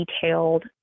detailed